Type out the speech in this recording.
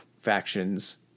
factions